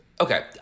Okay